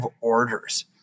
orders